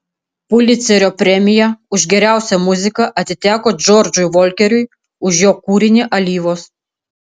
pulicerio premija už geriausią muziką atiteko džordžui volkeriui už jo kūrinį alyvos